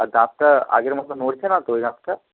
আর দাঁতটা আগের মতো নড়ছে না তো ওই দাঁতটা